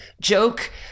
joke